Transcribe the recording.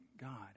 God